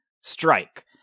Strike